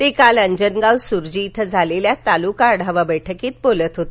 ते काल अंजनगाव सुर्जी इथं झालेल्या तालुका आढावा बैठकीत बोलत होते